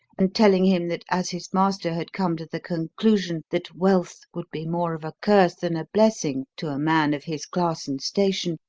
and telling him that as his master had come to the conclusion that wealth would be more of a curse than a blessing to a man of his class and station,